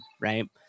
right